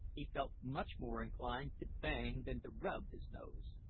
he felt much more inclined to bang than to rub his nose.